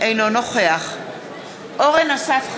אינו נוכח אורן אסף חזן,